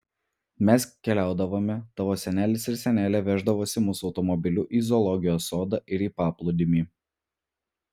mes keliaudavome tavo senelis ir senelė veždavosi mus automobiliu į zoologijos sodą ir į paplūdimį